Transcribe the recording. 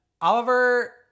Oliver